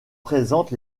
présente